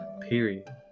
period